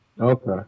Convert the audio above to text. okay